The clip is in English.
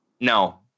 No